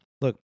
Look